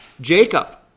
Jacob